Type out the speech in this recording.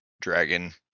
dragon